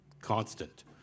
constant